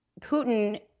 Putin